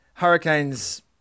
Hurricanes